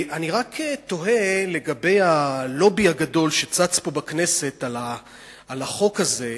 אני רק תוהה לגבי הלובי הגדול שצץ פה בכנסת על החוק הזה,